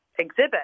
Exhibit